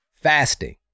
fasting